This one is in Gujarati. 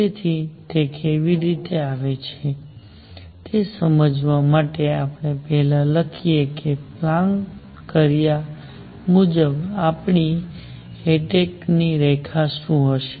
તેથી તે કેવી રીતે આવે છે તે સમજવા માટે આપણે પહેલા લખીએ કે પ્લાન કર્યા મુજબ આપણી અટૈકની રેખા શું હશે